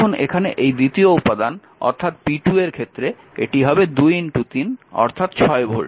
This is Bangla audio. এখন এখানে এই দ্বিতীয় উপাদান অর্থাৎ p2 এর ক্ষেত্রে এটি হবে 2 3 অর্থাৎ 6 ভোল্ট